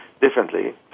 differently